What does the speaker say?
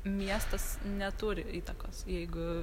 miestas neturi įtakos jeigu